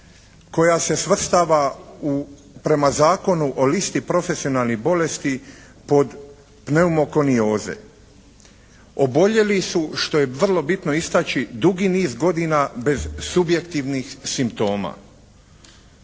koja se svrstava u prema Zakonu o listi profesionalnih bolesti pod pneumokonioze. Oboljeli su što je vrlo bitno istači dugi niz godina bez subjektivnih simptoma.